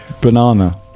banana